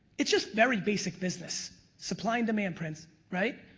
it's just very basic business. supply and demand, prince, right?